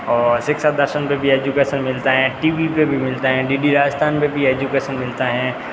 और शिक्षा दर्शन पर भी एजुकेसन मिलता टी वी पर भी मिलता है डी डी राजस्थान पर भी एजुकेसन मिलता है